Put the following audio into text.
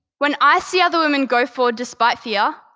when i see other women go forward despite fear,